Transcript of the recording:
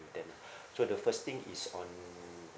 then so the first thing is on